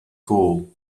cool